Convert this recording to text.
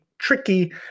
tricky